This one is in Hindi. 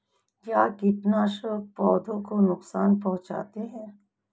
क्या कीटनाशक पौधों को नुकसान पहुँचाते हैं?